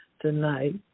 tonight